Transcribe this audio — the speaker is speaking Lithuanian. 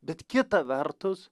bet kita vertus